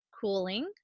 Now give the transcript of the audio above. cooling